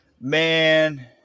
Man